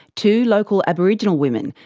two local aboriginal women,